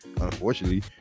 Unfortunately